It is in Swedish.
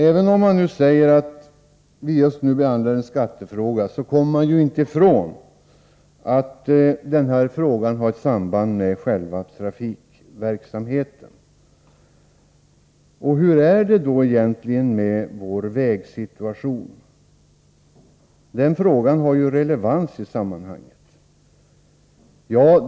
Även om vi just nu behandlar en skattefråga kommer man inte ifrån att den här frågan har ett samband med själva trafikverksamheten. Hur är då egentligen vår vägsituation? Den frågan har ju relevans i sammanhanget.